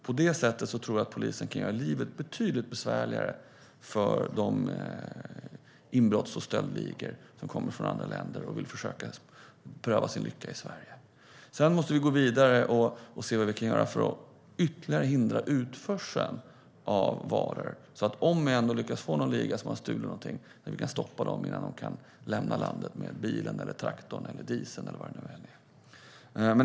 På det sättet tror jag att polisen kan göra livet betydligt besvärligare för de inbrotts och stöldligor som kommer från andra länder och vill försöka pröva sin lycka i Sverige. Vi måste gå vidare och se vad vi kan göra för att ytterligare hindra utförseln av varor om vi ändå lyckas få in någon liga som har stulit någonting så att vi kan stoppa dem innan de kan lämna landet med bilen, traktorn, dieseln eller vad det nu än är.